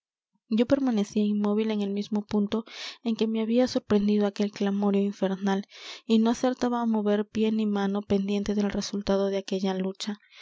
yo permanecía inmóvil en el mismo punto en que me había sorprendido aquel clamoreo infernal y no acertaba á mover pie ni mano pendiente del resultado de aquella lucha